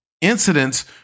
incidents